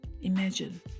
Imagine